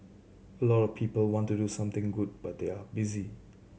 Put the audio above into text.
a lot of people want to do something good but they are busy